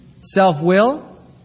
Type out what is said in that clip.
self-will